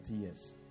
years